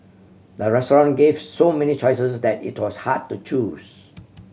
the restaurant gave so many choices that it was hard to choose